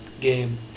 game